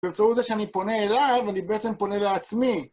בצורה הזו שאני פונה אליו, אני בעצם פונה לעצמי.